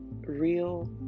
real